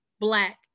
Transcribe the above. Black